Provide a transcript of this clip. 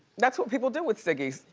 that's what people do with ciggies.